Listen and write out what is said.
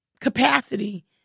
capacity